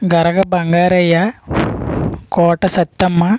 Garaga Bangaraiah Kota Sattamma